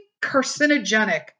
carcinogenic